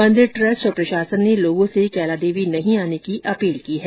मंदिर ट्रस्ट और प्रशासन ने लोगों से कैलादेवी नहीं आने की अपील की है